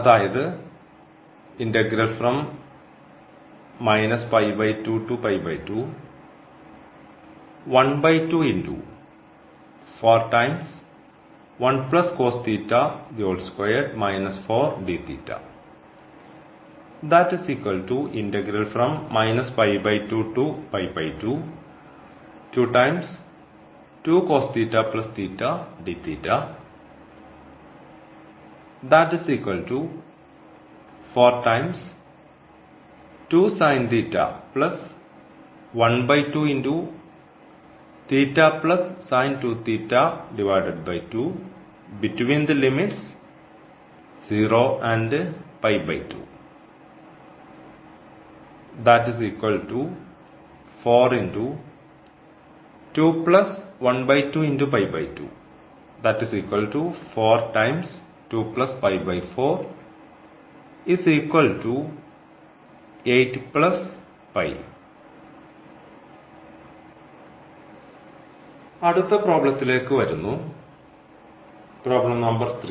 അതായത് അടുത്ത പ്രോബ്ലത്തിലേക്ക് വരുന്നു പ്രോബ്ലം നമ്പർ 3